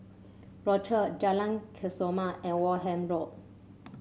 Rochor Jalan Kesoma and Wareham Road